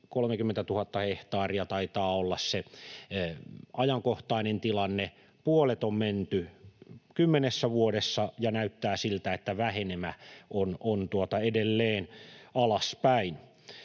000 hehtaaria taitaa olla se ajankohtainen tilanne. Puolet on mennyt kymmenessä vuodessa, ja näyttää siltä, että vähenemä on edelleen alaspäin.